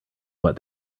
what